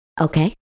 Okay